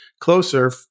closer